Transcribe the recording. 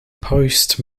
post